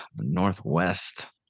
northwest